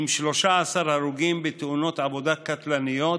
עם 13 הרוגים בתאונות עבודה קטלניות